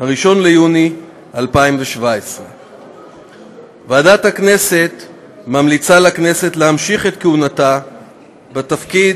1 ביוני 2017. ועדת הכנסת ממליצה לכנסת להמשיך את כהונתה בתפקיד